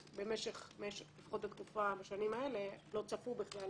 שלפחות בשנים האחרונות לא צפו בכלל